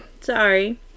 Sorry